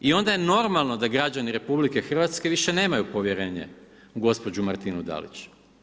I onda je normalno da građani RH više nemaju povjerenje u gospođu Martinu Dalić.